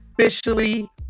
officially